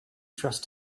trust